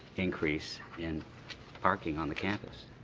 increase in parking on the campus?